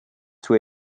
too